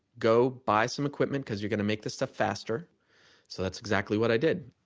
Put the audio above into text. go buy some equipment, cause you're going to make this stuff faster so that's exactly what i did.